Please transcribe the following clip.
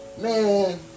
Man